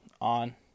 on